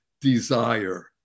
desire